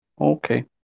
okay